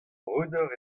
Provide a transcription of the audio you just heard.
breudeur